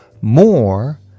more